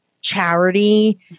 charity